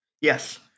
Yes